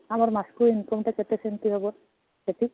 ଆମର ମାସକୁ ଇନ୍କମ୍ଟା କେତେ କେମିତି ହେବ ସେଠି